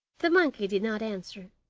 the monkey did not answer,